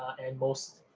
and most,